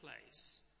place